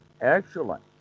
excellent